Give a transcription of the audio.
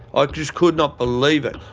ah just could not believe it.